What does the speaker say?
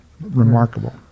remarkable